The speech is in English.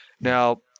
Now